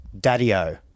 daddy-o